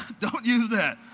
don't use that,